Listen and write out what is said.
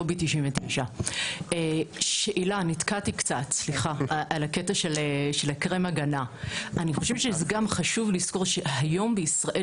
לובי 99. שאלה על הקטע של קרם ההגנה חשוב לזכור שהיום בישראל